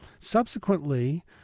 subsequently